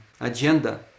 agenda